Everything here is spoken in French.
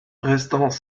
restants